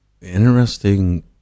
Interesting